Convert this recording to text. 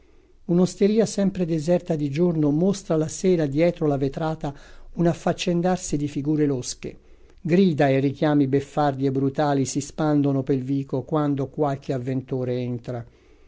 disparati un'osteria sempre deserta di giorno mostra la sera dietro la vetrata un affaccendarsi di figure losche grida e richiami beffardi e brutali si spandono pel vico quando qualche avventore entra